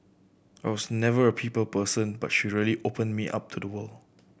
I was never a people person but she really opened me up to the world